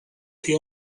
توی